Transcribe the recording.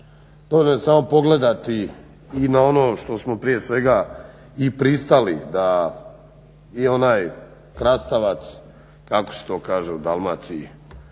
Dovoljno je samo pogledati i na ono što smo prije svega i pristali da i onaj krastavac kako se to kaže u Dalmaciji